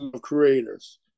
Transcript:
creators